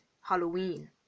halloween